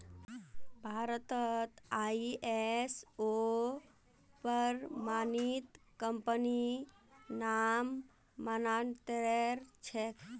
भारतत आई.एस.ओ प्रमाणित कंपनी नाममात्रेर छेक